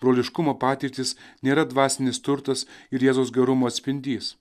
broliškumo patirtys nėra dvasinis turtas ir jėzaus gerumo atspindys